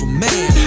man